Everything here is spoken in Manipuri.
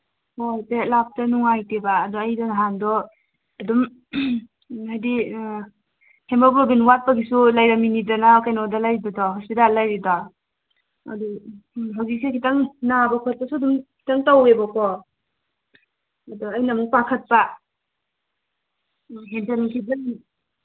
ꯄꯦꯔꯠ ꯂꯥꯛꯄꯗꯣ ꯅꯨꯡꯉꯥꯏꯇꯦꯕ ꯑꯗꯣ ꯑꯩꯗꯣ ꯅꯍꯥꯟꯗꯣ ꯑꯗꯨꯝ ꯍꯥꯏꯗꯤ ꯍꯦꯃꯣꯒ꯭ꯂꯣꯕꯤꯟ ꯋꯥꯠꯄꯒꯤꯁꯨ ꯂꯩꯔꯝꯃꯤꯅꯤꯗꯅ ꯀꯩꯅꯣꯗ ꯂꯩꯕꯗꯣ ꯍꯣꯁꯄꯤꯇꯥꯜ ꯂꯩꯔꯤꯗꯣ ꯑꯗꯨ ꯍꯧꯖꯤꯛꯁꯤ ꯈꯤꯇꯪ ꯅꯥꯕ ꯈꯣꯠꯄꯁꯨ ꯑꯗꯨꯝ ꯈꯤꯇꯪ ꯇꯧꯋꯦꯕꯀꯣ ꯑꯗ ꯑꯩꯅ ꯑꯃꯨꯛ ꯄꯥꯈꯠꯄ ꯍꯦꯟꯖꯟꯈꯤꯕꯩ